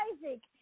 Isaac